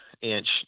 inch